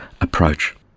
approach